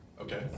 Okay